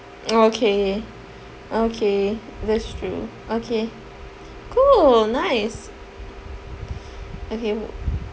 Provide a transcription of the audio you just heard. okay okay that's true okay cool nice okay